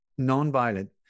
nonviolent